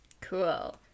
Cool